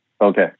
Okay